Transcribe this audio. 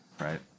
right